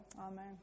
Amen